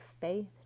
faith